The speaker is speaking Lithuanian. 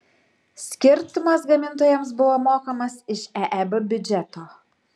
skirtumas gamintojams buvo mokamas iš eeb biudžeto